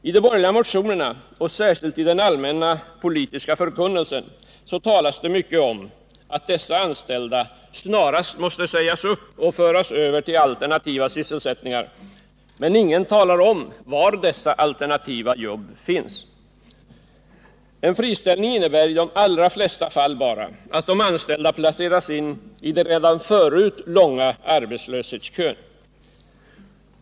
I de borgerliga motionerna, och särskilt i den allmänna politiska förkunnelsen, talas det mycket om att dessa anställda snarast måste sägas upp och föras över till alternativa sysselsättningar, men ingen talar om var dessa alternativa arbeten finns. En friställning innebär i de allra flesta fall bara att de anställda placeras in i den redan förut långa arbetslöshetskön.